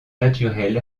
naturel